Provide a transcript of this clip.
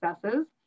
successes